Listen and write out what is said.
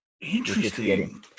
Interesting